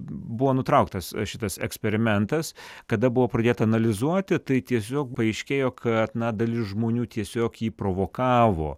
buvo nutrauktas šitas eksperimentas kada buvo pradėta analizuoti tai tiesiog paaiškėjo kad dalis žmonių tiesiog jį provokavo